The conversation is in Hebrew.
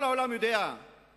כל העולם יודע שההתנחלויות